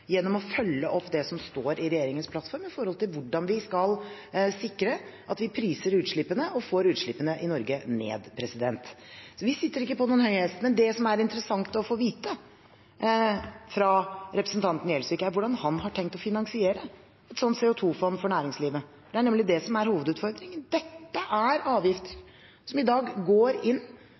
gjennom å følge opp det som står i regjeringens plattform om hvordan vi skal sikre at vi priser utslippene og får utslippene i Norge ned. Så vi sitter ikke på noen høy hest. Men det som er interessant å få vite fra representanten Gjelsvik, er hvordan han har tenkt å finansiere et slikt CO 2 -fond for næringslivet. Det er nemlig det som er hovedutfordringen. Dette er en avgift som i dag går inn